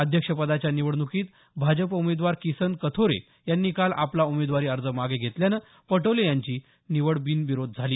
अध्यक्षपदाच्या निवडणुकीत भाजप उमेदवार किसन कथोरे यांनी काल आपला उमेदवारी अर्ज मागे घेतल्यामुळे पटोले यांची निवड बिनविरोध झाली